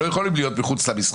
הם לא יכולים להיות מחוץ למשחק.